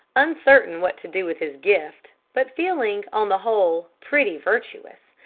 uncertain what to do with his gift, but feeling, on the whole, pretty virtuous,